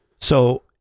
So-